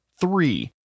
Three